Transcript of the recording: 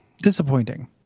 disappointing